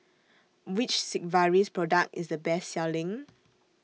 Which Sigvaris Product IS The Best Selling